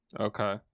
Okay